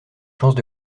chances